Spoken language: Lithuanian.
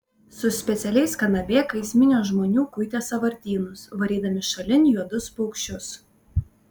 su specialiais kanabėkais minios žmonių kuitė sąvartynus varydami šalin juodus paukščius